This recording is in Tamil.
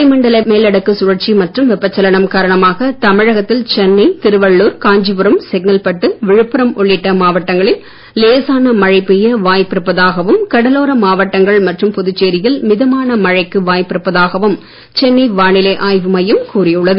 வளிமண்டல மேலடுக்கு சுழற்சி மற்றும் வெப்பச்சலனம் காரணமாக தமிழகத்தில் சென்னை திருவள்ளுர் காஞ்சிபுரம் செங்கல்பட்டு விழுப்புரம் உள்ளிட்ட மாவட்டங்களில் லேசான மழை பெய்ய வாய்ப்பு இருப்பதாகவும் கடலோர மாவட்டங்கள் மற்றும் புதுச்சேரியில் மிதமான மழைக்கு வாய்ப்பிருப்பதாகவும் சென்னை வானிலை ஆய்வு மையம் கூறியுள்ளது